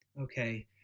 okay